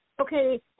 okay